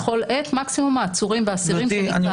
בכל עת מקסימום העצורים והאסירים שניתן להביא.